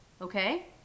Okay